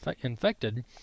infected